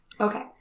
Okay